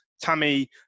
Tammy